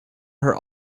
her